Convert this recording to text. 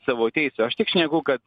savo teisių aš tik šneku kad